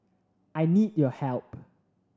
I need your help